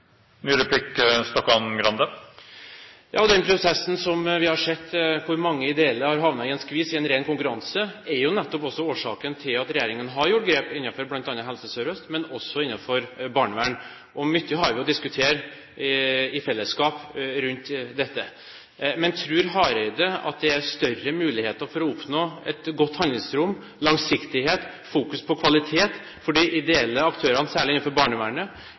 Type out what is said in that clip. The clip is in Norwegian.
Den prosessen vi har sett, hvor mange ideelle har havnet i en skvis, i en ren konkurranse, er jo nettopp også årsaken til at regjeringen har gjort grep innenfor bl.a. Helse Sør-Øst, men også innenfor barnevern. Mye har vi å diskutere i fellesskap rundt dette. Men tror Hareide at det er større muligheter for å oppnå et godt handlingsrom, langsiktighet og fokus på kvalitet for de ideelle aktørene, særlig innenfor barnevernet,